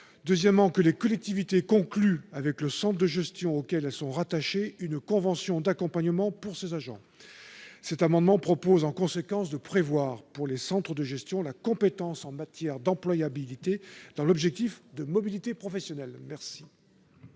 Deuxièmement, les collectivités territoriales concluraient avec le centre de gestion auquel elles sont rattachées une convention d'accompagnement pour ces agents. En conséquence, cet amendement vise à prévoir, pour les centres de gestion, la compétence en matière d'employabilité dans l'objectif de mobilité professionnelle. Quel